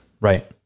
Right